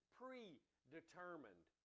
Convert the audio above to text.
predetermined